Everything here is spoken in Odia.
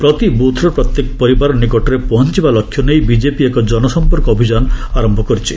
ପ୍ରତି ବୁଥ୍ର ପ୍ରତ୍ୟେକ ପରିବାର ନିକଟରେ ପହଞ୍ଚବା ଲକ୍ଷ୍ୟ ନେଇ ବିଜେପି ଏକ ଜନସଂପର୍କ ଅଭିଯାନ ଆରମ୍ଭ କରିଛି